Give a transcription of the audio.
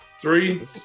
Three